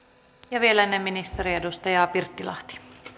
ja vielä ennen ministeriä edustaja pirttilahti